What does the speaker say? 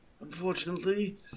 Unfortunately